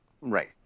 Right